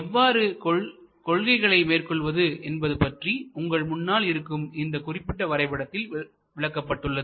எவ்வாறு கொள்கைகளை மேற்கொள்வது என்பது பற்றி உங்கள் முன்னால் இருக்கும் இந்த குறிப்பிட்ட வரைபடத்தில் விளக்கப்பட்டுள்ளது